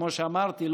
כמו שאמרתי,